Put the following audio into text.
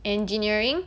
engineering